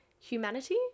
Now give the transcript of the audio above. humanity